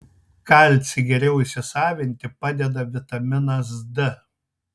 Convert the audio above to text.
kalcį geriau įsisavinti padeda vitaminas d